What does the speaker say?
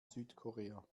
südkorea